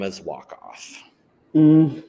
walk-off